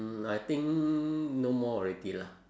mm I think no more already lah